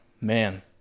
man